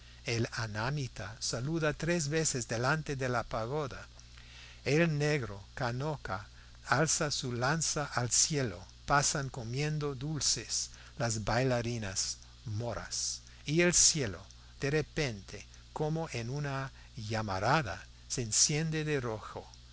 el anamita saluda tres veces delante de la pagoda el negro canaco alza su lanza al cielo pasan comiendo dulces las bailarinas moras y el cielo de repente como en una llamarada se enciende de rojo